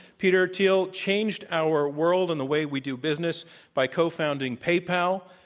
peter thiel changed our world and the way we do business by cofounding paypal.